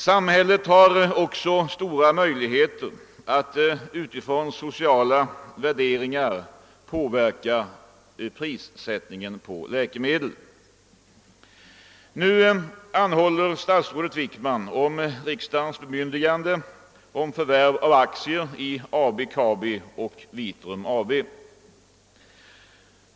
Samhället har också stora möjligheter att utifrån sociala värderingar påverka prissättningen på läkemedel. Statsrådet Wickman anhåller nu om riksdagens bemyndigande att förvärva aktier i AB Kabi och Vitrum AB.